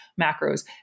macros